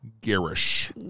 garish